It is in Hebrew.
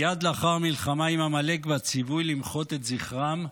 מייד לאחר המלחמה עם עמלק והציווי למחות את זכרם,